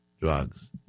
drugs